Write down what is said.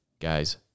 Guys